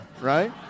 Right